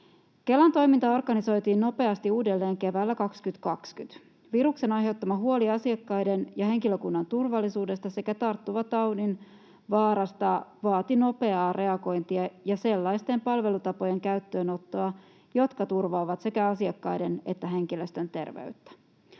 Kelan toimintaa organisoitiin nopeasti uudelleen keväällä 2020. Viruksen aiheuttama huoli asiakkaiden ja henkilökunnan turvallisuudesta sekä tarttuvan taudin vaarasta vaati nopeaa reagointia ja sellaisten palvelutapojen käyttöönottoa, jotka turvaavat sekä asiakkaiden että henkilöstön terveyttä.